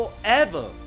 forever